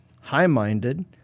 high-minded